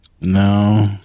No